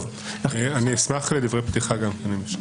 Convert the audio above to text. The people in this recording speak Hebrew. אני אשמח לדברי פתיחה גם.